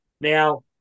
Now